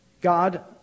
God